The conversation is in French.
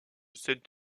saint